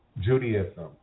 Judaism